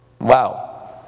Wow